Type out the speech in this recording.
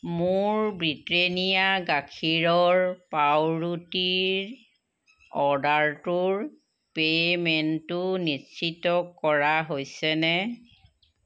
মোৰ ব্ৰিটেনিয়া গাখীৰৰ পাওৰুটিৰ অৰ্ডাৰটোৰ পে'মেণ্টটো নিশ্চিত কৰা হৈছেনে